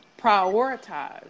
prioritize